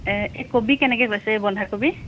এ কবি কেনেকৈ কৈছে বন্ধাকবি